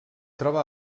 troba